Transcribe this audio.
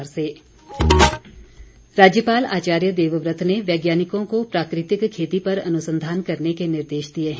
राज्यपाल राज्यपाल आचार्य देवव्रत ने वैज्ञानिकों को प्राकृतिक खेती पर अनुसंधान करने के निर्देश दिए है